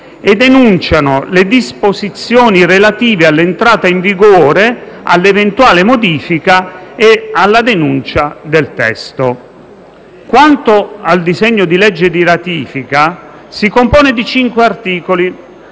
ed enunciano le disposizioni relative all'entrata in vigore, all'eventuale modifica e alla denuncia del testo. Quanto al disegno di legge di ratifica, esso si compone di cinque articoli,